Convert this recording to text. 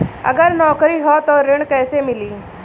अगर नौकरी ह त ऋण कैसे मिली?